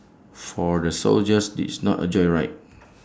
for the soldiers this is not A joyride